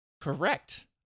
Correct